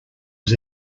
was